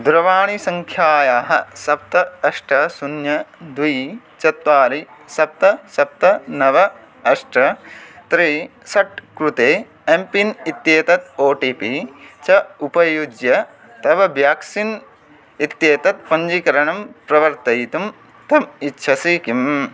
दुरवाणीसङ्ख्यायाः सप्त अष्ट शून्यं द्वि चत्वारि सप्त सप्त नव अष्ट त्रीणि षट् कृते एम् पिन् इत्येतत् ओ टि पि च उपयुज्य तव व्याक्सिन् इत्येतत् पञ्जीकरणं प्रवर्तयितुं त्वम् इच्छसि किम्